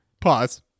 Pause